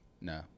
No